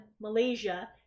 malaysia